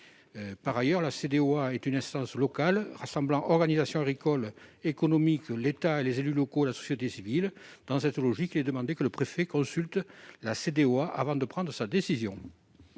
Par ailleurs, la CDOA est une instance locale rassemblant les organisations agricoles, les organismes économiques, l'État, les élus locaux, la société civile, etc. Dans cette logique, nous proposons que le préfet consulte la CDOA avant de prendre sa décision.